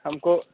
ہم کو